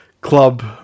club